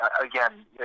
again